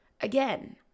Again